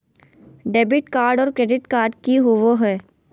Debit card और credit card की होवे हय?